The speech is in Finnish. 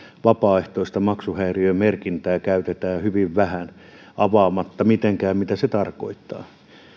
vapaaehtoista maksuhäiriömerkintää käytetään hyvin vähän avaamatta mitenkään mitä se tarkoittaa